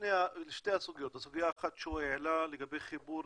בשתי הסוגיות, הסוגיה שהוא העלה לגבי חיבור